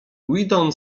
weedon